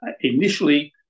Initially